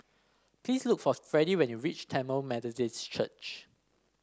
please look for Freddy when you reach Tamil Methodist Church